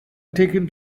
taken